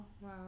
Wow